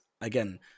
again